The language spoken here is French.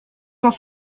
cent